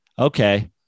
okay